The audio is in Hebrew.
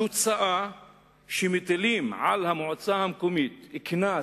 התוצאה היא שמטילים על המועצה המקומית קנס,